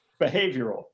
behavioral